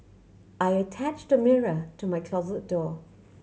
I attached a mirror to my closet door